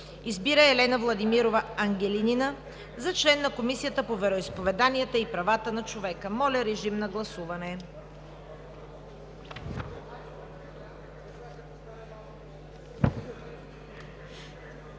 Избира Елена Владимирова Ангелинина за член на Комисията по вероизповеданията и правата на човека.“ Моля, режим на гласуване.